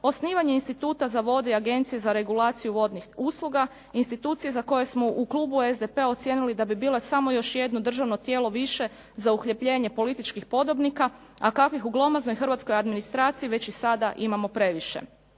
osnivanje instituta za vode i agencije za regulaciju vodnih usluga, institucije za koje smo u klubu SDP-a ocijenili da bi bile još samo jedno državno tijelo više za ... političkih podobnika, a kakvih u glomaznoj hrvatskoj administraciji već i sada imamo previše.